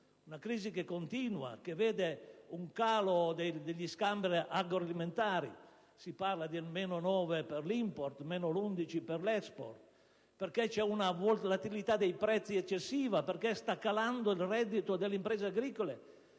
una crisi che continua, e che vede un calo degli scambi agroalimentari (si parla di meno 9 per cento per l'*import* e meno 11 per cento per l'*export*), perché c'è una volatilità dei prezzi eccessiva, perché sta calando il reddito delle imprese agricole,